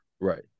right